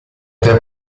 tre